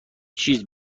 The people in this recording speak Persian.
چیزی